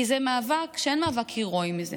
כי זה מאבק, אין מאבק הירואי מזה.